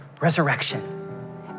resurrection